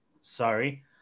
sorry